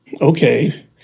okay